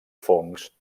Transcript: fongs